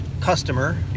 customer